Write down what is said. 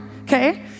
okay